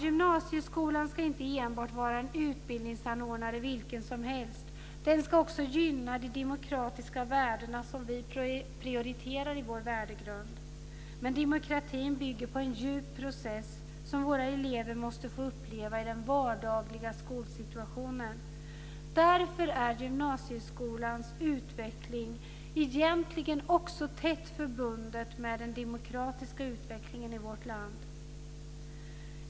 Gymnasieskolan ska inte enbart vara en utbildningsanordnare vilken som helst. Den ska också gynna de demokratiska värden som vi prioriterar i vår värdegrund. Men demokratin bygger på en djup process som våra elever måste få uppleva i den vardagliga skolsituationen. Därför är gymnasieskolans utveckling egentligen också tätt förbunden med den demokratiska utvecklingen i vårt land.